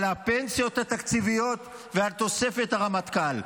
על הפנסיות התקציביות ותוספת הרמטכ"ל.